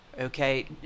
okay